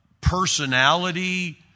personality